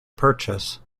purchase